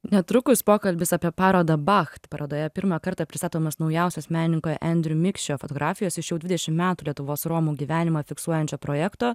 netrukus pokalbis apie parodą bacht parodoje pirmą kartą pristatomas naujausias menininko endriu mikšio fotografijos iš jau dvidešim metų lietuvos romų gyvenimą fiksuojančio projekto